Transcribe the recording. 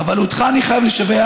אבל אותך אני חייב לשבח.